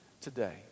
today